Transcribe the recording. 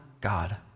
God